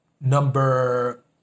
number